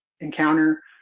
encounter